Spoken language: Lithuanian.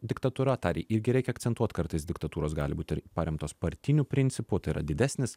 diktatūra tą irgi reikia akcentuot kartais diktatūros gali būt ir paremtos partiniu principu tai yra didesnis